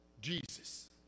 Jesus